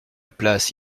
place